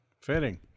fitting